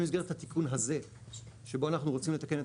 במסגרת התיקון הזה שבו אנחנו רוצים לתקן את